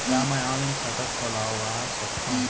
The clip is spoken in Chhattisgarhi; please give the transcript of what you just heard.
का मैं ऑनलाइन खाता खोलवा सकथव?